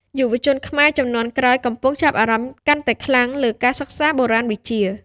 យុវជនខ្មែរជំនាន់ក្រោយកំពុងចាប់អារម្មណ៍កាន់តែខ្លាំងលើការសិក្សាបុរាណវិទ្យា។